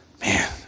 Man